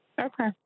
okay